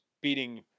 beating